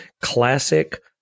classic